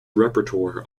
repertoire